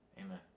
Amen